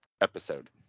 Episode